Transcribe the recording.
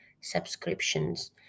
subscriptions